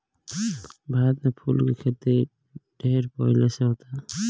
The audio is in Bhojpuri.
भारत में फूल के खेती ढेर पहिले से होता